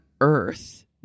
earth